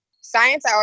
science